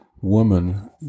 woman